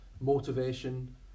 motivation